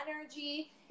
energy